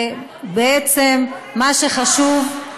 בעצם מה שחשוב,